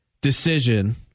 decision